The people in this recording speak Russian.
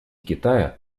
китая